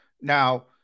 Now